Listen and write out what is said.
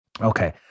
Okay